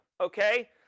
Okay